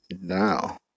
now